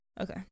Okay